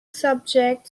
subjects